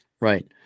Right